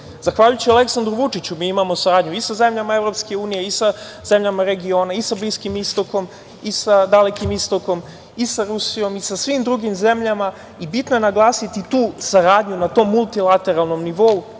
Aleksandru Vučiću, mi imamo saradnju i sa zemljama EU i sa zemljama regiona i sa Bliskim istokom i sa Dalekim istokom i sa Rusijom i sa svim drugim zemljama. Bitno je naglasiti tu saradnju na tom multilateralnom nivou,